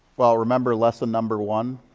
well, remember lesson number one?